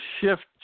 shift